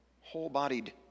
whole-bodied